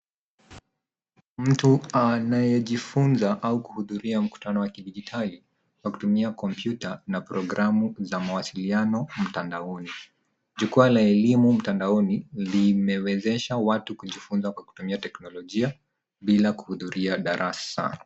Mtu anayejifunza au kuhudhuria mkutano wa kidijitali kwa kutumia kompyuta na programu za mawasiliano mtandaoni. Jukwaa la elimu mtandaoni limewezesha watu kujifunza kwa kutumia teknolojia bila kuhudhuria darasa.